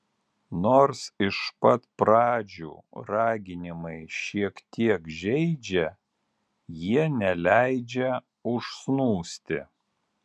nors iš pat pradžių raginimai šiek tiek žeidžia jie neleidžia užsnūsti